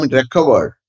recovered